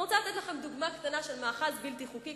אני רוצה לתת לכם דוגמה קטנה של מאחז בלתי חוקי,